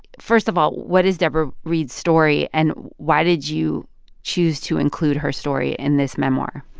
first of all, what is debra reid's story, and why did you choose to include her story in this memoir?